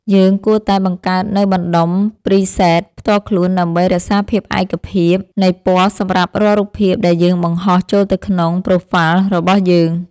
យើងគួរតែបង្កើតនូវបណ្តុំ ព្រីសេត ផ្ទាល់ខ្លួនដើម្បីរក្សាភាពឯកភាពនៃពណ៌សម្រាប់រាល់រូបភាពដែលយើងបង្ហោះចូលទៅក្នុង ប្រូហ្វាល់ របស់យើង។